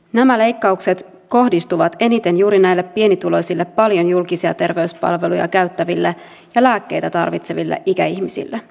nämä leikkaukset kohdistuvat eniten juuri näille pienituloisille paljon julkisia terveyspalveluja käyttäville ja lääkkeitä tarvitseville ikäihmisille